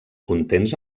contents